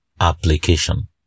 application